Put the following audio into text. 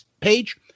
Page